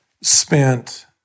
spent